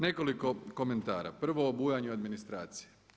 Nekoliko komentara, prvo o bujanju administracije.